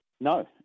No